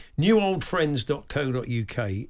Newoldfriends.co.uk